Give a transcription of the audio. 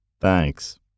Thanks